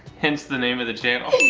hence the name of the channel.